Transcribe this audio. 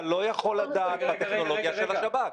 אתה לא יכול לדעת בטכנולוגיה של השב"כ.